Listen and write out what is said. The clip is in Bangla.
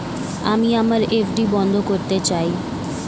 আমি আমার এফ.ডি বন্ধ করতে চাই